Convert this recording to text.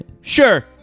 Sure